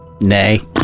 Nay